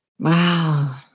Wow